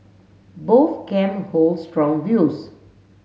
both camp hold strong views